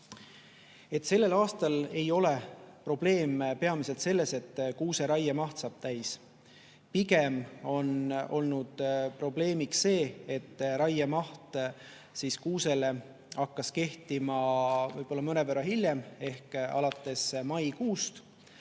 Sellel aastal ei ole probleem peamiselt selles, et kuuse raiemaht saab täis. Pigem on olnud probleemiks see, et kuuse raiemaht hakkas kehtima mõnevõrra hiljem ehk alates maikuust.